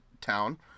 town